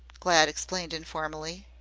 glad explained informally.